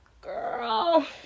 girl